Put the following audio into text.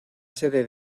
sede